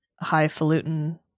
highfalutin